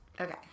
Okay